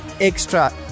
extra